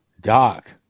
Doc